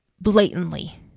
blatantly